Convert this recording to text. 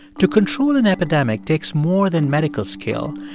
to control an epidemic takes more than medical skill.